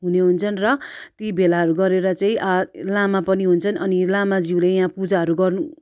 हुने हुन्छन् र ती भेलाहरू गरेर चाहिँ लामा पनि हुन्छन् अनि लामाज्यूले वा पूजाहरू गर्नु